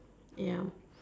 ya